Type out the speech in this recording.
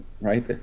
right